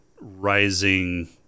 rising